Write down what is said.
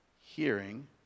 Hearing